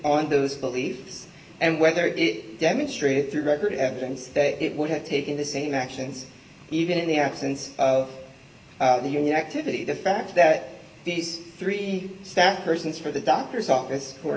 on those beliefs and whether it demonstrated through record evidence that it would have taken the same actions even in the absence of the union activity the fact that these three stacked persons for the doctor's office who are